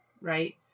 right